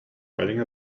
riding